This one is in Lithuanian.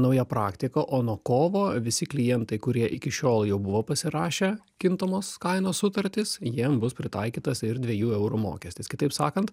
nauja praktika o nuo kovo visi klientai kurie iki šiol jau buvo pasirašę kintamos kainos sutartis jiem bus pritaikytas ir dviejų eurų mokestis kitaip sakant